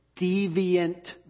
deviant